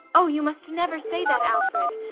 oh, you must never say that, alfred.